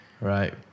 Right